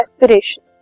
respiration